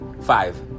Five